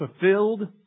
fulfilled